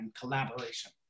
collaboration